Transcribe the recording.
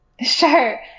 Sure